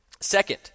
Second